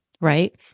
right